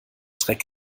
dreck